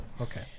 Okay